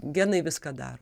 genai viską daro